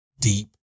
deep